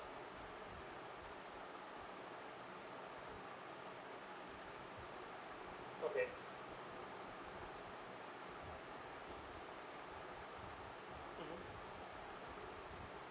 okay